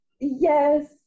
Yes